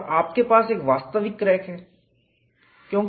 और आपके पास एक वास्तविक क्रैक है